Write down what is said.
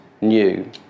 new